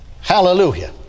Hallelujah